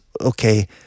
okay